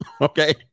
okay